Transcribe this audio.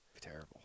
Terrible